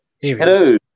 Hello